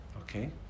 Okay